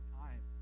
time